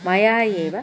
मया एव